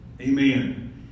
Amen